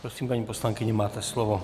Prosím, paní poslankyně, máte slovo.